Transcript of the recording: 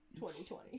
2020